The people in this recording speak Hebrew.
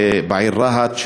בעיר רהט,